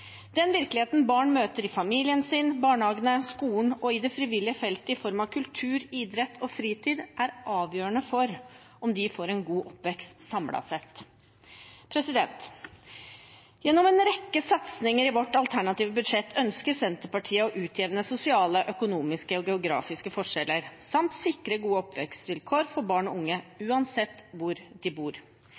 Den virkeligheten barn møter i familien sin, i barnehagene, i skolen og i det frivillige feltet i form av kultur, idrett og fritid, er avgjørende for om de samlet sett får en god oppvekst. Gjennom en rekke satsinger i vårt alternative budsjett ønsker Senterpartiet å utjevne sosiale, økonomiske og geografiske forskjeller samt sikre gode oppvekstvilkår for barn og unge, uansett hvor de bor.